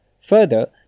Further